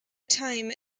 time